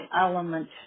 element